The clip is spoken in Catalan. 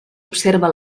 observa